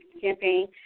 campaign